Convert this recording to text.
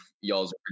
y'all's